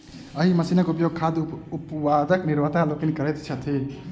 एहि मशीनक उपयोग खाद्य उत्पादक निर्माता लोकनि करैत छथि